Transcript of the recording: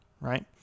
right